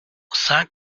cinq